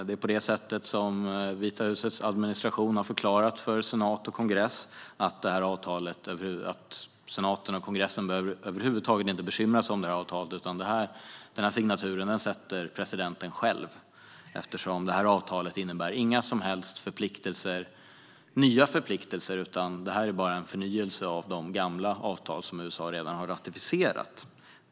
Det är på det sättet som Vita husets administration har förklarat för senat och kongress att de över huvud taget inte behöver bekymra sig om det här avtalet. Den signaturen sätter presidenten själv, eftersom avtalet inte innebär några som helst nya förpliktelser utan bara är en förnyelse av de gamla avtal som USA redan har ratificerat.